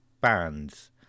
bands